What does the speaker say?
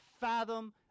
fathom